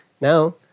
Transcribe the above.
Now